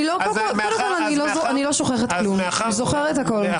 זוכרת הכול.